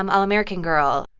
um all-american girl?